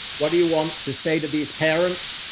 what do you want to say to these parents?